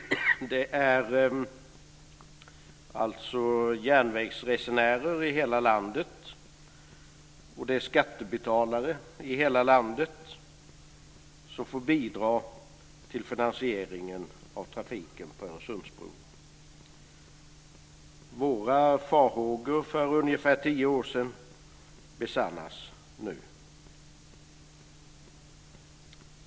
Det är alltså järnvägsresenärer i hela landet och skattebetalare i hela landet som får bidra till finansieringen av trafiken på Öresundsbron. Våra farhågor för ungefär tio år sedan besannas nu.